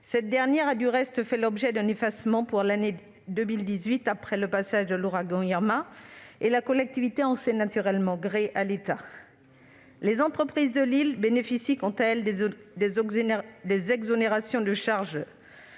Cette dernière, du reste, a fait l'objet d'un effacement pour l'année 2018 après le passage de l'ouragan Irma. La collectivité en sait naturellement gré à l'État. Les entreprises de l'île bénéficient, quant à elles, des exonérations de